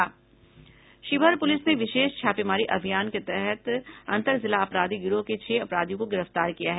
Sheohar police ने विशेष छापेमारी अभियान के तहत अंतर जिला अपराधी गिरोह के छह अपराधियों को गिरफ्तार किया है